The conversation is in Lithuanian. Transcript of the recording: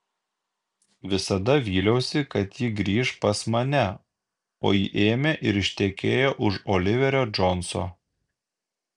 visada vyliausi kad ji grįš pas mane o ji ėmė ir ištekėjo už oliverio džonso